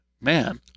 man—